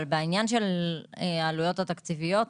אבל בעניין העלויות התקציביות,